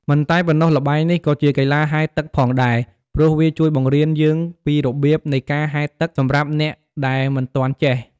មិនតែប៉ុណ្ណោះ ល្បែងនេះក៏ជាកីឡាហែលទឹកផងដែរ ព្រោះវាជួយបង្រៀនយើងពីរបៀបនៃការហែលទឹកសម្រាប់អ្នកដែលមិនទាន់ចេះ។